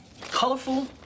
colorful